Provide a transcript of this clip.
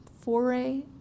foray